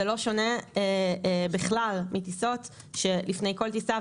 זה לא שונה בכלל מטיסות שלפני כל טיסה,